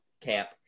camp